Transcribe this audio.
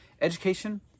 Education